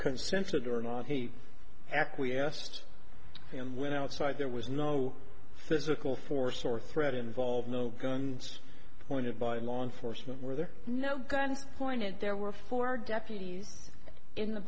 consented or not he acquiesced and went outside there was no physical force or threat involved no gun pointed by law enforcement were there no guns pointed there were four deputies in the